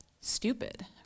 stupid